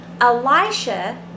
Elisha